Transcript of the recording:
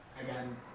again